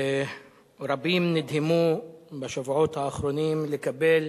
רבים נדהמו בשבועות האחרונים לקבל